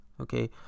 Okay